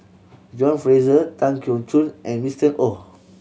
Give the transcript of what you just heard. John Fraser Tan Keong Choon and Winston Oh